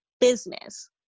business